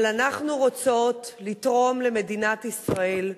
אבל אנחנו רוצות לתרום למדינת ישראל,